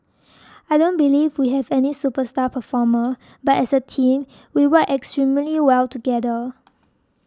I don't believe we have any superstar performer but as a team we work extremely well together